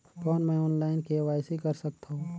कौन मैं online KYC कर सकथव?